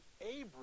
Abram